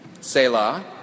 Selah